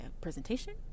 presentation